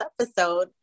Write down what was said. episode